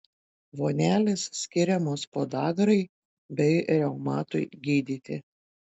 vonelės skiriamos podagrai bei reumatui gydyti